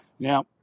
Now